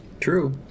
True